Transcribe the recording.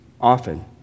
often